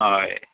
हय